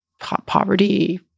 poverty